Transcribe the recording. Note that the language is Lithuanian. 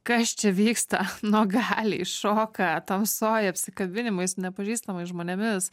kas čia vyksta nuogaliai šoka tamsoj apsikabinimai su nepažįstamais žmonėmis